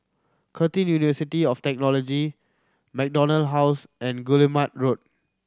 Curtin University of Technology MacDonald House and Guillemard Road